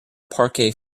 parquet